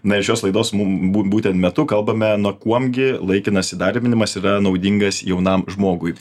na ir šios laidos mum bū būtent metu kalbame na kuom gi laikinas įdarbinimas yra naudingas jaunam žmogui